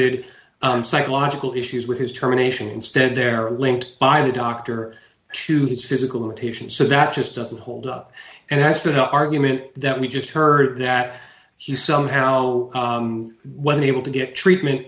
it psychological issues with his determination instead there are linked by a doctor to his physical limitations so that just doesn't hold up and that's the argument that we just heard that he somehow wasn't able to get treatment